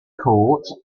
court